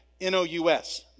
N-O-U-S